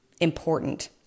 important